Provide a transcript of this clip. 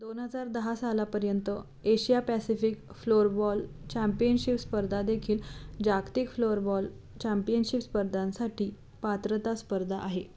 दोन हजार दहा सालापर्यंत एशिया पॅसिफिक फ्लोअरबॉल चॅम्पियनशिप स्पर्धादेखील जागतिक फ्लोअरबॉल चॅम्पियनशिप स्पर्धांसाठी पात्रता स्पर्धा आहे